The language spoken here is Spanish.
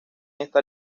esta